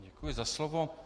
Děkuji za slovo.